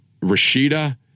Rashida